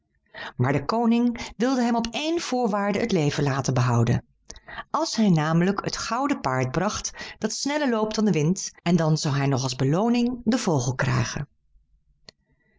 maar de koning wilde hem op één voorwaarde het leven laten behouden als hij namelijk het gouden paard bracht dat sneller loopt dan de wind en dan zou hij nog als belooning den gouden vogel krijgen